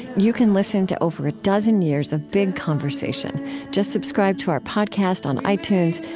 you can listen to over a dozen years of big conversation just subscribe to our podcast on itunes,